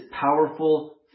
powerful